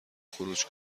خروج